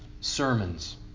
sermons